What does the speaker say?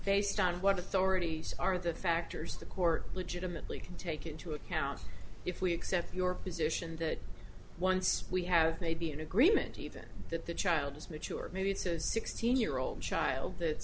based on what authorities are the factors the court legitimately can take into account if we accept your position that once we have maybe an agreement even that the child is mature maybe it's a sixteen year old child